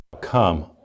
come